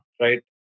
right